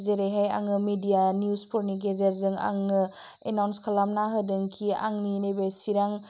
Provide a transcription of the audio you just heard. जेरैहाय आङो मिडिया निउसफोरनि गेजेरजों आङो एनाउन्स खालामना होदोंखि आंनि नैबे चिरां